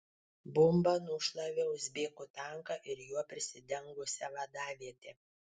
bomba nušlavė uzbekų tanką ir juo prisidengusią vadavietę